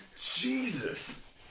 Jesus